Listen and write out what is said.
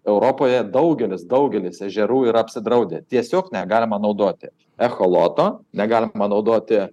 europoje daugelis daugelis ežerų yra apsidraudę tiesiog negalima naudoti echoloto negalima naudoti